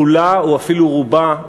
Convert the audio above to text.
כולה או אפילו רובה,